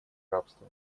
рабства